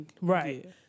right